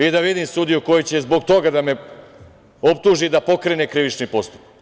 I da vidim sudiju koji će zbog toga da me optuži i pokrene krivični postupak.